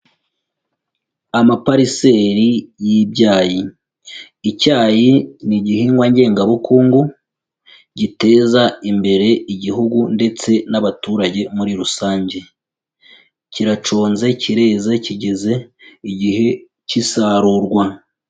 Amapariseri y'ibyayi, icyayi ni igihingwa ngengabukungu giteza imbere Igihugu ndetse n'abaturage muri rusange, kiraconze, kireze, kigeze igihe k'isarurwa.